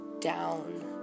down